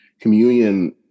communion